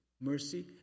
mercy